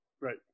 Right